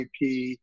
IP